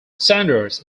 saunders